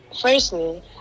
firstly